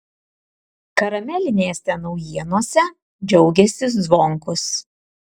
karamelinėse naujienose džiaugėsi zvonkus